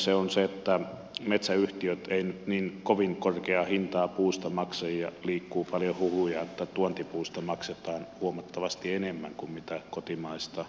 se on se että metsäyhtiöt eivät nyt niin kovin korkeaa hintaa puusta maksa ja liikkuu paljon huhuja että tuontipuusta maksetaan huomattavasti enemmän kuin kotimaisesta puusta